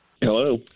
Hello